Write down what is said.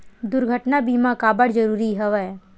दुर्घटना बीमा काबर जरूरी हवय?